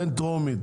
בין טרומית